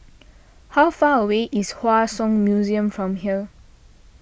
how far away is Hua Song Museum from here